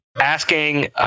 asking